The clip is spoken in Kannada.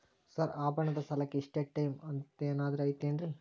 ಸರ್ ಆಭರಣದ ಸಾಲಕ್ಕೆ ಇಷ್ಟೇ ಟೈಮ್ ಅಂತೆನಾದ್ರಿ ಐತೇನ್ರೇ?